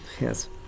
Yes